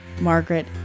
Margaret